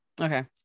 Okay